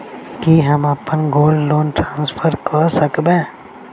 की हम अप्पन gold loan transfer करऽ सकबै?